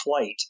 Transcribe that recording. flight